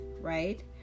right